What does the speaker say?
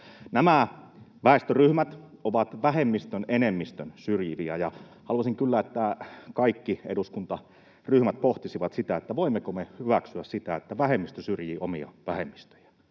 Nämä väestöryhmät ovat vähemmistön enemmistön syrjimiä, ja haluaisin kyllä, että kaikki eduskuntaryhmät pohtisivat sitä, voimmeko me hyväksyä sitä, että vähemmistö syrjii omia vähemmistöjään.